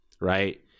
right